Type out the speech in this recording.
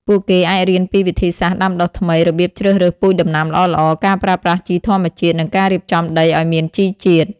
ពួកគេអាចរៀនពីវិធីសាស្ត្រដាំដុះថ្មី របៀបជ្រើសរើសពូជដំណាំល្អៗ ការប្រើប្រាស់ជីធម្មជាតិ និងការរៀបចំដីឲ្យមានជីជាតិ។